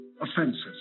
offenses